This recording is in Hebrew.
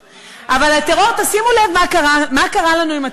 אבל הטרור, תשימו לב מה קרה לנו עם הטרור.